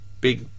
big